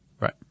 Right